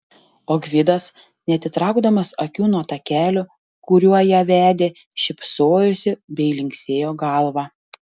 o gvidas neatitraukdamas akių nuo takelio kuriuo ją vedė šypsojosi bei linksėjo galva